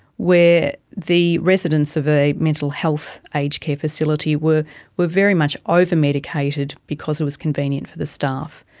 where the residents of a mental health aged care facility were were very much over-medicated because it was convenient for the staff.